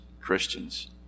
Christians